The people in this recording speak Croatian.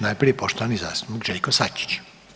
Najprije poštovani zastupnik Željko Sačić.